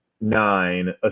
nine